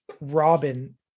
Robin